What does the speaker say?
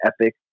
epic